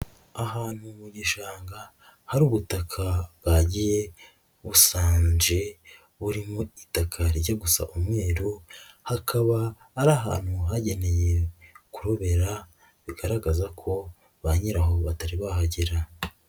Ahantu mu gishanga hari ubutaka bwagiye busanje burimo itaka rijya gusa umweru, hakaba ari ahantu hagenewe kurobera, bigaragaza ko banyiraho batarahagera.